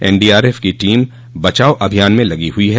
NDRF की team बचाव अभियान में लगी हुई है